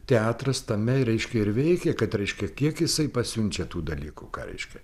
teatras tame reiškia ir veikia kad reiškia kiek jisai pasiunčia tų dalykų ką reiškia